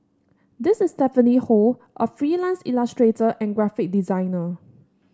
this is Stephanie Ho a freelance illustrator and graphic designer